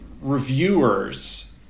reviewers